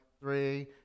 three